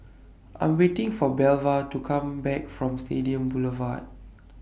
I Am waiting For Belva to Come Back from Stadium Boulevard